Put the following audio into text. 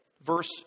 Verse